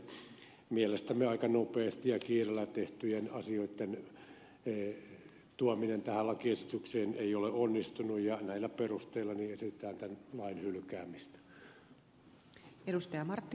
kaikkien näitten mielestämme aika nopeasti ja kiireellä tehtyjen asioitten tuominen tähän lakiesitykseen ei ole onnistunut ja näillä perusteilla esitetään tämän lain hylkäämistä